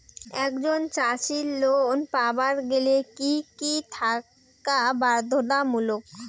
একজন চাষীর লোন পাবার গেলে কি কি থাকা বাধ্যতামূলক?